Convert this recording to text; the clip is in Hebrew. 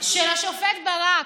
של השופט ברק.